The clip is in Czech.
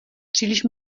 příliš